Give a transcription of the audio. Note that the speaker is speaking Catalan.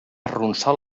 arronsar